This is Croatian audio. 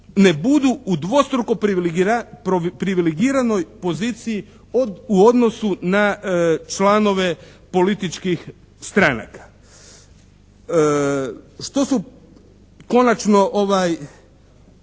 ne budu u dvostruko privilegiranoj poziciji u odnosu na članove političkih stranaka. Što su konačno ovaj,